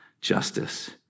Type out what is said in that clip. justice